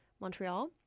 montreal